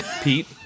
Pete